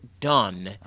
done